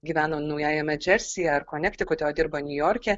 gyveno naujajame džersyje ar konektikute o dirba niujorke